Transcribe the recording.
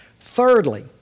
Thirdly